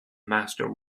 master